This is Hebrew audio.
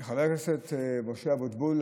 חבר הכנסת משה אבוטבול,